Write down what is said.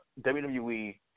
WWE